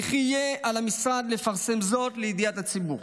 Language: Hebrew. וכי יהיה על המשרד לפרסם זאת לידיעת הציבור.